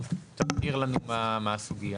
תזכירו לנו מה הסוגיה.